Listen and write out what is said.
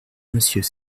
monsieur